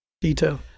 detail